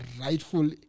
rightful